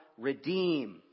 redeem